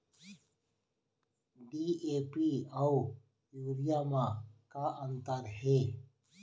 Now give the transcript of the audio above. DAP अऊ urea म का अंतर हे?